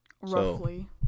Roughly